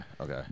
okay